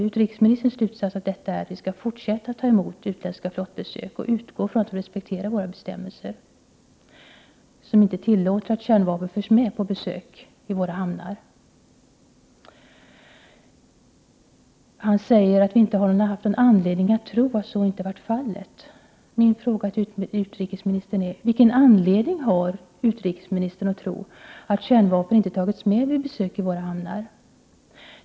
Utrikesministerns slutsats av detta är att vi skall fortsätta att ta emot utländska flottbesök och utgå från att de respekterar våra bestämmelser, som inte tillåter att kärnvapen förs med på besök i våra hamnar. Han säger att vi inte har haft anledning att tro att så inte varit fallet. Min fråga till utrikesministern är: Vilken anledning har utrikesministern att tro att kärnvapen inte tagits med vid besök i våra hamnar?